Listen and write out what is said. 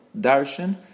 Darshan